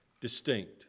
Distinct